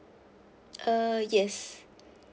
uh yes